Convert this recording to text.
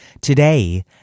Today